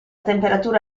temperatura